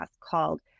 called